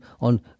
on